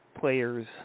players